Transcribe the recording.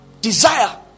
Desire